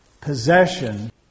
possession